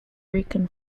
rican